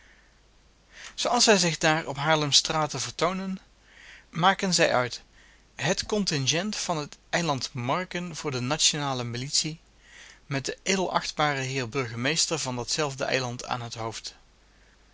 zooals zij zich daar op haarlems straten vertoonen maken zij uit het contingent van het eiland marken voor de nationale militie met den edelachtbaren heer burgemeester van datzelve eiland aan t hoofd